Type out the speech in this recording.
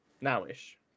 now-ish